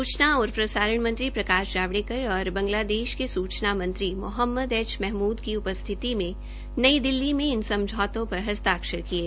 सूचना और प्रसारणा मंत्रालय प्रकाश जावड़ेकर और बांगलादेश के सूचना मंत्री मोहम्मद एम महमूद की उपस्थिति में नई दिल्ली में इन समझौतों पर हस्ताक्षर किये